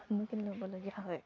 সন্মুখীন হ'বলগীয়া হয়